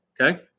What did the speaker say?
Okay